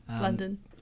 london